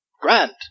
Grand